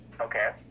Okay